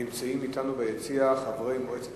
נמצאים אתנו ביציע חברי מועצת